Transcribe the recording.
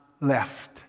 left